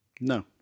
No